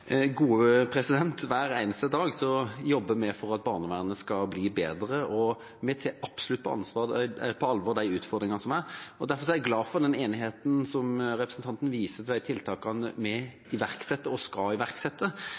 Hver eneste dag jobber vi for at barnevernet skal bli bedre, og vi tar absolutt på alvor de utfordringene som er der. Derfor er jeg glad for den enigheten som representanten viser til når det gjelder de tiltakene vi iverksetter og skal iverksette.